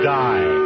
die